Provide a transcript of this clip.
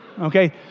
Okay